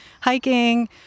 hiking